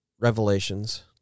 Revelations